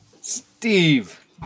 Steve